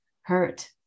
hurt